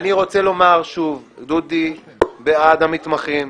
אני רוצה לומר שוב: דודי בעד המתמחים,